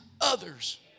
others